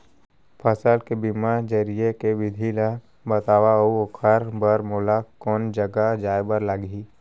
फसल के बीमा जरिए के विधि ला बतावव अऊ ओखर बर मोला कोन जगह जाए बर लागही?